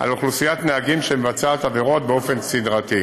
על אוכלוסיית נהגים שמבצעת עבירות באופן סדרתי.